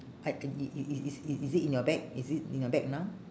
I uh it it it is is is it in your bag is it in your bag now